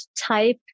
type